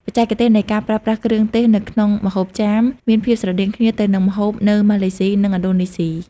បច្ចេកទេសនៃការប្រើប្រាស់គ្រឿងទេសនៅក្នុងម្ហូបចាម មានភាពស្រដៀងគ្នាទៅនឹងម្ហូបនៅម៉ាឡេសុី និងឥណ្ឌូនេស៊ី។